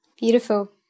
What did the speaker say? Beautiful